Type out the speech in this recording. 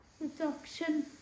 reduction